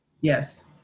yes